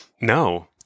No